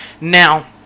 Now